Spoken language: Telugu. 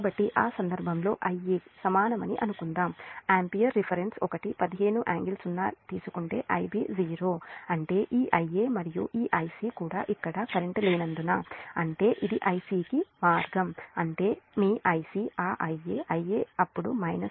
కాబట్టి ఆ సందర్భంలో Ia సమానమని అనుకుందాం ఆంపియర్ రిఫరెన్స్ ఒకటి 15 ∟0 తీసుకుంటే Ib 0 అంటే ఈIa మరియు ఈ Ic కూడా ఇక్కడ కరెంట్ లేనందున అంటే ఇది Ic కి మార్గం అంటే మీ Ic ఆ Ia Ia అప్పుడు Ic